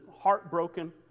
heartbroken